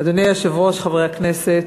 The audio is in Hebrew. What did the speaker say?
אדוני היושב-ראש, חברי הכנסת,